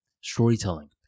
storytelling